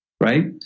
right